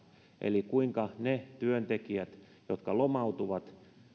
eli kuinka ne työntekijät jotka